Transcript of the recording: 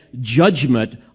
judgment